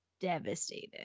Devastated